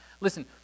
Listen